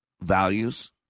values